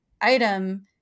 item